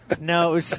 No